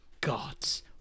gods